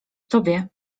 tobie